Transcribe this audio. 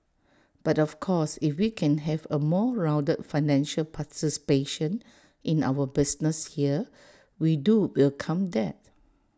but of course if we can have A more rounded financial participation in our business here we do welcome that